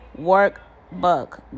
workbook